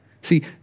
See